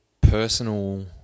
personal